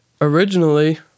originally